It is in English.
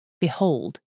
Behold